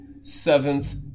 seventh